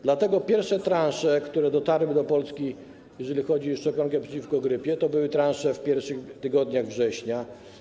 Dlatego pierwsze transze, które dotarły do Polski, jeżeli chodzi o szczepionkę przeciwko grypie, to były transze w pierwszych tygodniach września.